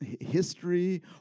history